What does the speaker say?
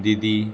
दिदी